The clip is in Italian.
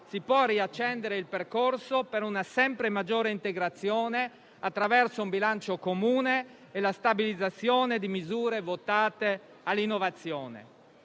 si può riaccendere il percorso per una sempre maggiore integrazione, attraverso un bilancio comune e la stabilizzazione di misure votate all'innovazione.